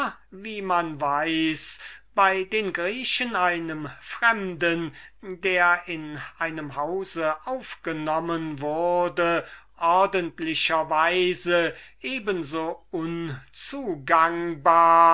bei den griechen den fremden welche in einem hause aufgenommen wurden ordentlicher weise eben so unzugangbar